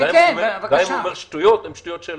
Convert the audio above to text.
גם אם הוא אומר שטויות, הן שטויות שלו.